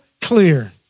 clear